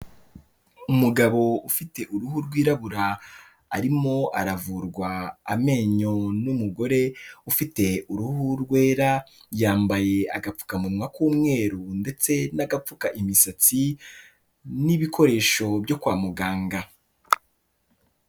Umugabo ufite uruhu rwirabura, arimo aravurwa amenyo n'umugore ufite uruhu rwera, yambaye agapfukamunwa k'umweru ndetse n'agapfuka imisatsi, n'ibikoresho byo kwa muganga.